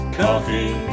coffee